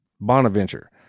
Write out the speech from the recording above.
bonaventure